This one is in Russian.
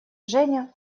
женя